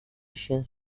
asian